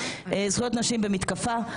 זכויות נשים במתקפה.